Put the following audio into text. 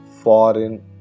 foreign